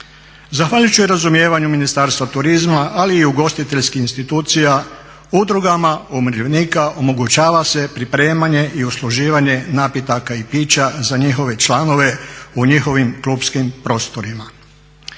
Zahvaljujući razumijevanju Ministarstva turizma ali i ugostiteljskih institucija udrugama umirovljenika omogućava se pripremanje i usluživanje napitaka i pića za njihove članove u njihovim klupskim prostorima.